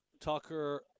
Tucker